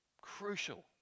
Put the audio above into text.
Crucial